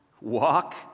walk